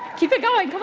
keep it going, come